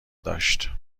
داشت